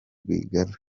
rwigara